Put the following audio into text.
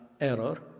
error